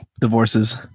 divorces